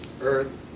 earth